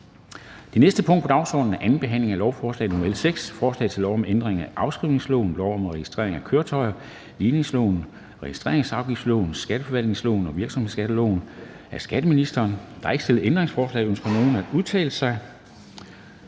Det næste punkt på dagsordenen er: 12) 2. behandling af lovforslag nr. L 6: Forslag til lov om ændring af afskrivningsloven, lov om registrering af køretøjer, ligningsloven, registreringsafgiftsloven, skatteforvaltningsloven og virksomhedsskatteloven. (Ændring af den skatte- og afgiftsmæssige